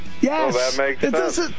Yes